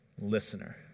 listener